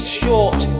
short